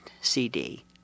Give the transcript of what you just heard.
CD